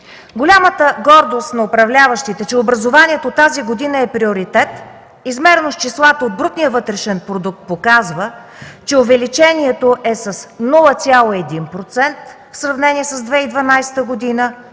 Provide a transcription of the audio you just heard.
Голямата гордост на управляващите, че образованието от тази година е приоритет, измерено с числата от брутния вътрешен продукт, показва, че увеличението е с 0,1% в сравнение с 2012 г.,